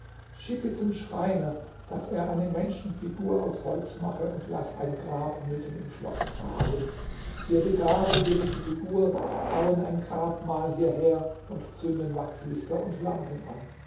schicke zum schreiner daß er eine menschenfigur aus holz mache und laß ein grab mitten im schloß graben wir begraben hier diese figur bauen ein grabmal hierher und zünden wachslichter und lampen an